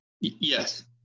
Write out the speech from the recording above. Yes